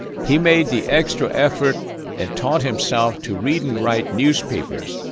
he made the extra effort and taught himself to read and write newspapers,